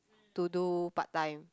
to do part time